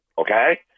okay